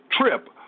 trip